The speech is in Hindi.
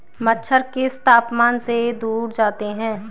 मच्छर किस तापमान से दूर जाते हैं?